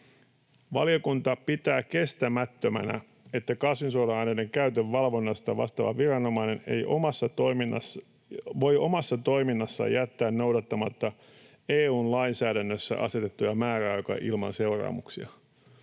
Valiokunta pitää kestämättömänä, että kasvinsuojeluaineiden käytön valvonnasta vastaava viranomainen voi omassa toiminnassaan jättää noudattamatta EU-lainsäädännössä asetettuja määräaikoja ilman seuraamuksia.”